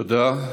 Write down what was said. תודה.